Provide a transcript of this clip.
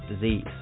disease